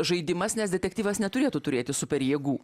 žaidimas nes detektyvas neturėtų turėti super jėgų